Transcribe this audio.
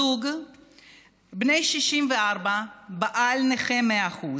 זוג בני 64, הבעל נכה 100%,